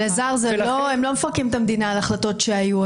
הם לא מפרקים את המדינה על החלטות שהיו,